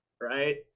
right